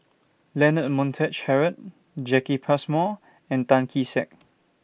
Leonard Montague Harrod Jacki Passmore and Tan Kee Sek